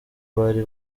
bari